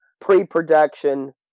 pre-production